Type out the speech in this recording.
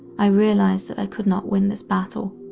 i realized that i could not win this battle.